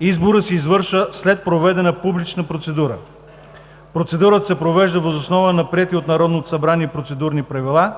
изборът се извършва след проведена публична процедура. Процедурата се провежда въз основа на приети от Народното събрание процедурни правила,